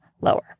lower